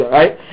right